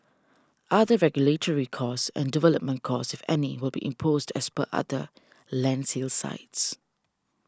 other regulatory costs and development costs any will be imposed as per other land sales sites